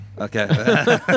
Okay